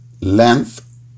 length